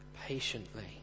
patiently